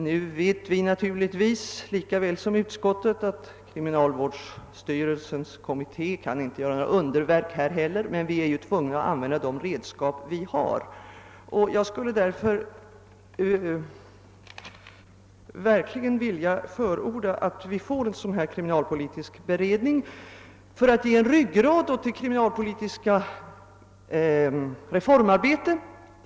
Nu vet naturligtvis vi lika väl som utskottet att inte heller kriminalvårdsstyrelsens kommitté kan göra några underverk, men man är tvungen att använda de redskap man har. Jag skulle därför verkligen vilja förorda att det tillsätts en sådan kriminalpolitisk beredning som kan ge en ryggrad åt det kriminalpolitiska reformarbetet.